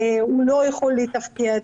שהוא לא יכול לתפקד.